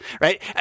right